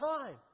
time